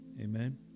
amen